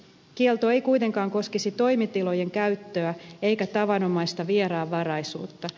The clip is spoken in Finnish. kielto ei kuitenkaan koskisi toimitilojen käyttöä eikä tavanomaista vieraanvaraisuutta